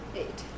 eight